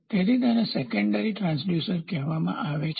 તેથી તેને secondary transducer કહેવામાં આવે છે